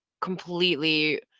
completely